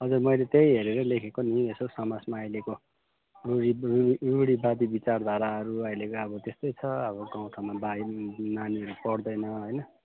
हजुर मैले त्यही हेरेर लेखेको नि यसो समाजमा अहिलेको रुढी रुढी रुढीवादी विचारधाराहरू अहिलेको अब त्यस्तै छ आबो गाउँठाउँमा नानीहरू पढ्दैन हैन